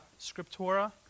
scriptura